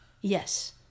Yes